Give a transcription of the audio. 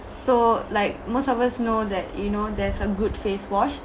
so like most of us know that you know there's a good face wash